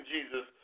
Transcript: Jesus